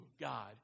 God